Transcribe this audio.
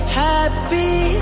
happy